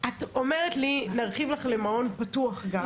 את אומרת לי להרחיב לך למעון פתוח גם.